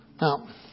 Now